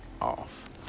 off